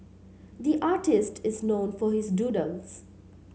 the artist is known for his doodles